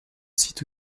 site